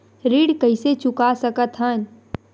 ऋण कइसे चुका सकत हन?